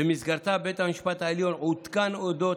ובמסגרתה בית המשפט העליון עודכן על אודות